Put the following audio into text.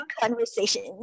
conversation